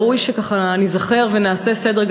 ראוי שניזכר ונעשה סדר,